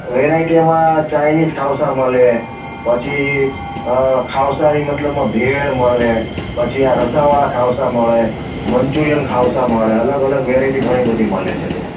વેરાયટીમાં Chinese ખાઉસા મળે પછી ખાઉસાની મતલબમાં ભેળ મળે પછી આ રસાવાળા ખાઉસા મળે મંચુરિયન ખાઉસા મળે અલગ અલગ વેરાયટી ઘણી બધી મળે છે ત્યાં